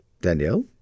Danielle